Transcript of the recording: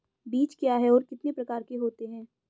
बीज क्या है और कितने प्रकार के होते हैं?